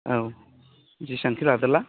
औ जेसांखि लादोला